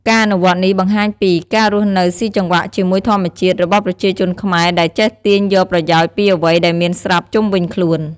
ការអនុវត្តនេះបង្ហាញពី ការរស់នៅស៊ីចង្វាក់ជាមួយធម្មជាតិ របស់ប្រជាជនខ្មែរ ដែលចេះទាញយកប្រយោជន៍ពីអ្វីដែលមានស្រាប់ជុំវិញខ្លួន។